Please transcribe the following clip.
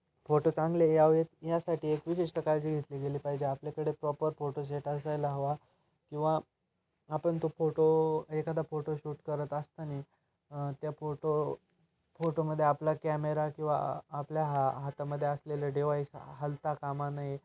photo चांगले यावेत यासाठी एक विशिष्ट काळजी घेतली गेली पाहिजे आपल्याकडे प्रॉपर फोटो सेट असायला हवा किंवा आपण तो फोटो एखादा फोटो शूट करत असताना त्या फोटो फोटोमध्ये आपला कॅमेरा किंवा आपल्या हा हातामध्ये असलेले डिवाईस हालता कामा नये